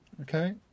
Okay